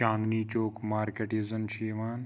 چاندنی Chowk market یُس زَن چھِ یِوان